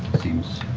seems.